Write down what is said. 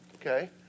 okay